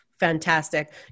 Fantastic